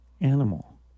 Animal